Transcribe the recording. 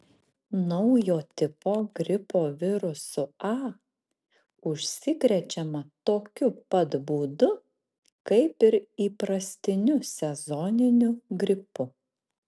naujo tipo gripo virusu a užsikrečiama tokiu pat būdu kaip ir įprastiniu sezoniniu gripu